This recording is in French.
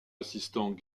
assistant